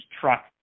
truck